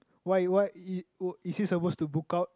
why why is is he supposed to book out